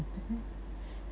betul